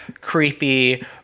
creepy